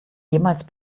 jemals